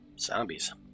Zombies